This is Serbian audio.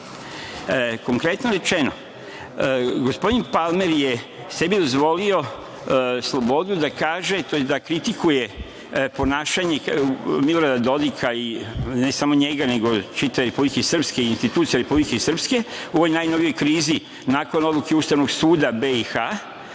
Gore. Konkretno rečeno, gospodin Palmer je sebi dozvolio slobodu da kaže, tj. da kritikuje ponašanje Milorada Dodika, ne samo njega, nego čitave Republike Srpske, institucije Republike Srpske u ovoj najnovijoj krizi nakon odluke Ustavnog suda BiH